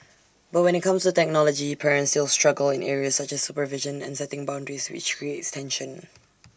but when IT comes to technology parents still struggle in areas such as supervision and setting boundaries which creates tension